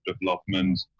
development